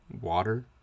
Water